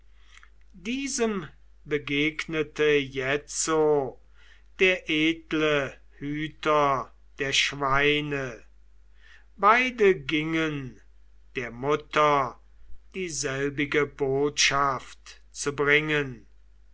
diesem begegnete jetzo der edle hüter der schweine beide gingen der mutter dieselbige botschaft zu bringen